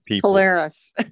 Polaris